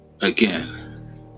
Again